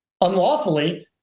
unlawfully